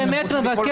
באמת